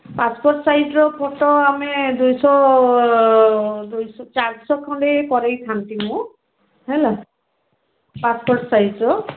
passport ସାଇଜ୍ର photo ଆମେ ଦୁଇଶହ ଦୁଇଶହ ଚାରିଶହ ଖଣ୍ଡେ କରାଇଥାନ୍ତି ମୁଁ ହେଲା ପାସପୋର୍ଟ ସାଇଜ୍ର